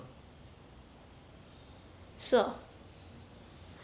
是哦